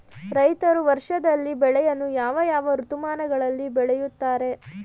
ರೈತರು ವರ್ಷದಲ್ಲಿ ಬೆಳೆಯನ್ನು ಯಾವ ಯಾವ ಋತುಮಾನಗಳಲ್ಲಿ ಬೆಳೆಯುತ್ತಾರೆ?